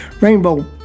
rainbow